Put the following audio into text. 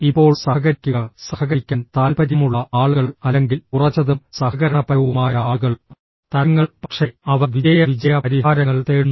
ഇപ്പോൾ സഹകരിക്കുക സഹകരിക്കാൻ താൽപ്പര്യമുള്ള ആളുകൾ അല്ലെങ്കിൽ ഉറച്ചതും സഹകരണപരവുമായ ആളുകൾ തരങ്ങൾ പക്ഷേ അവർ വിജയ വിജയ പരിഹാരങ്ങൾ തേടുന്നു